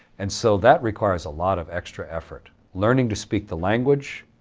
and so that requires a lot of extra effort. learning to speak the language,